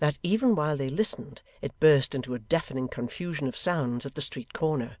that, even while they listened, it burst into a deafening confusion of sounds at the street corner.